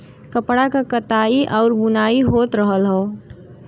कपड़ा क कताई आउर बुनाई होत रहल हौ